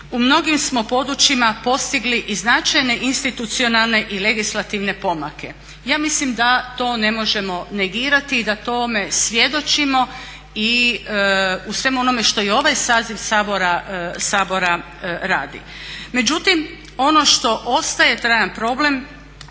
U mnogim smo područjima postigli i značajne institucionalne i legislativne pomake. Ja mislim da to ne možemo negirati i da tome svjedočimo. I u svemu onome što i ovaj saziv Sabora radi. Međutim, ono što ostaje trajan problem